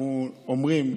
אנחנו אומרים,